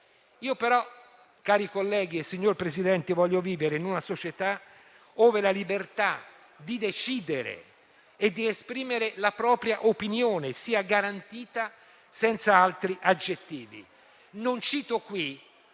però, cari colleghi e signor Presidente, è una società in cui la libertà di decidere e di esprimere la propria opinione sia garantita senza altri aggettivi. Non cito qui